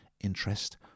interest